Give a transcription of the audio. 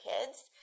kids